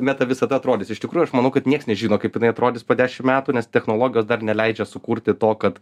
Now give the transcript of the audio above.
meta visata atrodys iš tikrųjų aš manau kad nieks nežino kaip jinai atrodys po dešim metų nes technologijos dar neleidžia sukurti to kad